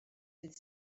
ddydd